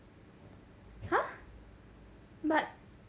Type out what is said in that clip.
!huh! but